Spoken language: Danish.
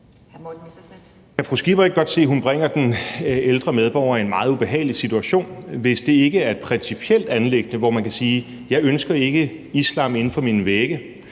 ikke godt se, at hun bringer den ældre medborger i en meget ubehagelig situation ved at sige, at det ikke skal være et principielt anliggende, hvor man kan sige, at man ikke ønsker islam inden for sine fire